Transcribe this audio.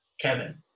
Kevin